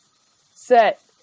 set